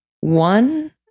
one